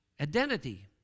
Identity